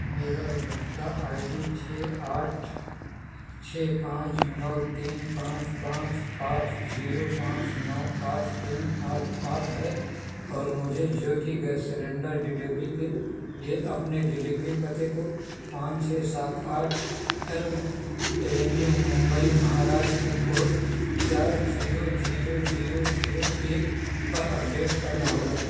मेरा उपभोक्ता I D छः आठ छः पाँच नौ तीन पाँच पाँच आठ जीरो पाँच नौ आठ तीन आठ आठ है और मुझे ज्योति गैस सिलेंडर डिलीवरी के लिए अपने डिलीवरी पते को पाँच छः सात आठ Elm Avenue Mumbai Maharashtra pin code चार जीरो जीरो जीरो जीरो एक पर अपडेट करना होगा